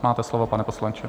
Máte slovo, pane poslanče.